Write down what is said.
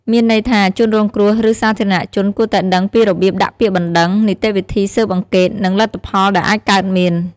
មានន័យថា ជនរងគ្រោះ ឬសាធារណជនគួរតែដឹងពីរបៀបដាក់ពាក្យបណ្តឹង នីតិវិធីស៊ើបអង្កេត និងលទ្ធផលដែលអាចកើតមាន។